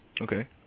Okay